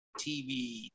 TV